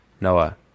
Noah